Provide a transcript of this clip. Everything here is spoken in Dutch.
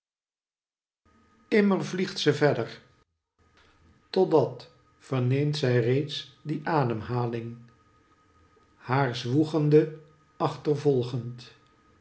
immer vliegt ze verder totdat verneemt zij reeds die ademhaling haar zwoegende achtervolgend